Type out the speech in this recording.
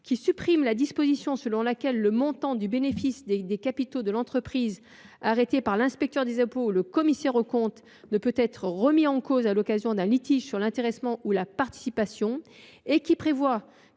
à supprimer la disposition selon laquelle le montant du bénéfice et des capitaux de l’entreprise arrêté par l’inspecteur des impôts ou le commissaire aux comptes ne peut être remis en cause à l’occasion d’un litige sur l’intéressement ou la participation. Ses dispositions